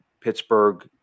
pittsburgh